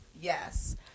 Yes